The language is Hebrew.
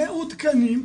מעודכנים,